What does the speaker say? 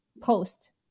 post